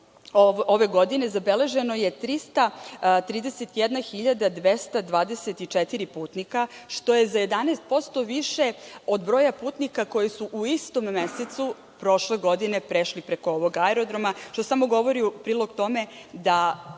ove godine zabeležena je 331.224 putnika, što je za 11% više od broja putnika koji su u istom mesecu prošle godine prešli preko ovog aerodroma, što samo govori u prilog tome da